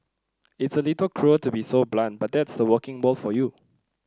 it's a little cruel to be so blunt but that's the working world for you